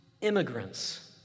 Immigrants